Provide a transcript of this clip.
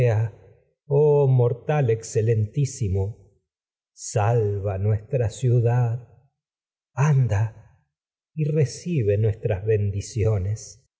mortal excelentísimo salva nuestra ya que anda te recibe nuestras bendicionespy